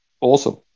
awesome